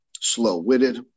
slow-witted